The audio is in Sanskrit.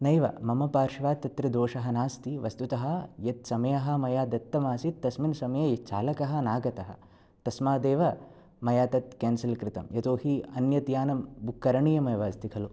नैव मम पार्श्वात् तत्र दोषः नास्ति वस्तुतः यः समयः मया दत्तमासीत् तस्मिन् समये चालकः नागतः तस्मादेव मया तत् केन्सेल् कृतम् यतोहि अन्यत् यानं बुक् करणीयमेव अस्ति खलु